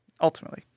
ultimately